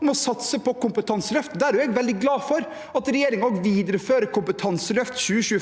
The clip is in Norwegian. om å satse på kompetanseløft. Jeg er veldig glad for at regjeringen viderefører Kompetanseløft 2025,